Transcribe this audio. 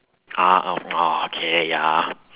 ah ah okay ya